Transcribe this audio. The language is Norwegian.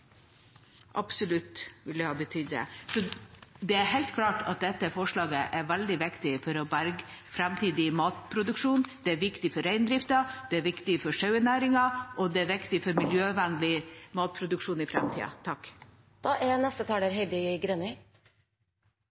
Absolutt ville det ha betydd det. Det er helt klart at dette forslaget er veldig viktig for å berge framtidig matproduksjon. Det er viktig for reindrifta. Det er viktig for sauenæringen, og det er viktig for miljøvennlig matproduksjon i framtida.